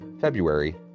February